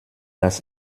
das